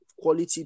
quality